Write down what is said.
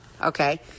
Okay